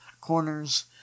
corners